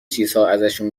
چیزهاازشون